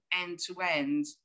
end-to-end